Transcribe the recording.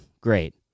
great